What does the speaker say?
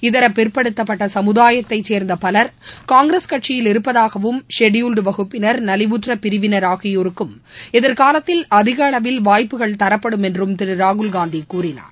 இதரபிற்படுத்தப்பட்டசமுதாயத்தைச்சேர்ந்தபலர் இருப்பதாகவும் ஷெட்யூல்டுவகுப்பினர் நலிவுற்றபிரிவினர் ஆகியோருக்கும் எதிர்காலத்தில் அதிகளவில் வாய்ப்புகள் தரப்படும் என்றும் திருராகுல்காந்திகூறினார்